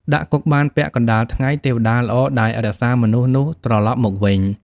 ដាក់គុកបានពាក់កណ្តាលថ្ងៃ ទេវតាល្អដែលរក្សាមនុស្សនោះត្រឡប់មកវិញ ។